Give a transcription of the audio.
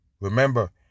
Remember